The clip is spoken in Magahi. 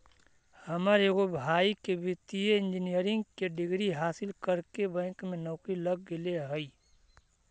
हमर एगो भाई के वित्तीय इंजीनियरिंग के डिग्री हासिल करके बैंक में नौकरी लग गेले हइ